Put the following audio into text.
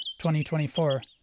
2024